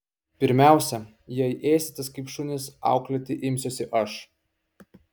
pirmiausia jei ėsitės kaip šunys auklėti imsiuosi aš